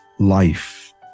life